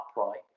upright